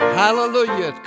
hallelujah